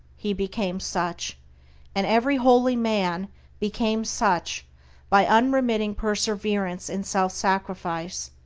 he became such and every holy man became such by unremitting perseverance in self-sacrifice.